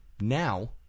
Now